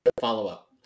follow-up